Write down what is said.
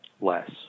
less